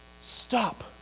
stop